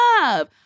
love